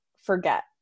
forget